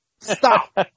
stop